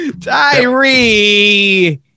Tyree